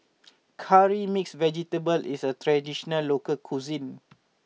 Curry Mixed Vegetable is a traditional local cuisine